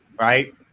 right